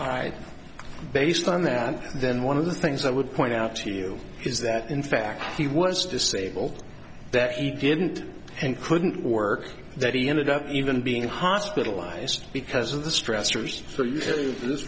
all right based on that then one of the things i would point out to you is that in fact he was disabled that he didn't and couldn't work that he ended up even being hospitalized because of the stressors